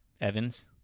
Evans